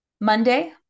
Monday